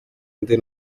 undi